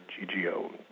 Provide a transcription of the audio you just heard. GGO